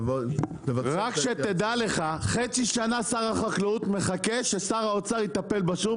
רק שתדע לך חצי שנה שר החקלאות מחכה ששר האוצר יטפל בשוק.